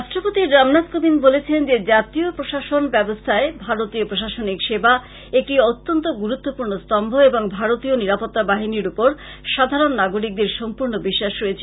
রাষ্ট্রপতি রামনাথ কোবিন্দ বলেছেন যে জাতীয় প্রশাসন ব্যবস্থ্যায় ভারতীয় প্রশাসনিক সেবা একটি অত্যন্ত গুরুত্বপূর্ণ স্তম্ভ এবং ভারতীয় নিরাপত্তা বাহিনীর ওপর সাধারণ নাগরিকদের সম্পূর্ণ বিশ্বাস রয়েছে